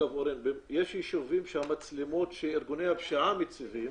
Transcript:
יש ישובים שהמצלמות שארגוני הפשיעה מציבים,